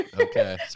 Okay